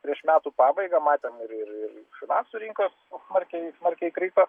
prieš metų pabaigą matėm ir ir ir finansų rinkos smarkiai smarkiai krito